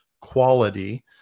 quality